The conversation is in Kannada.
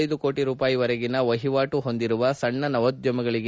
ಇಪ್ಸತ್ತೆದು ಕೋಟಿ ರೂಪಾಯಿವರೆಗಿನ ವಹಿವಾಟು ಹೊಂದಿರುವ ಸಣ್ಣ ನವೋದ್ಯಮಗಳಿಗೆ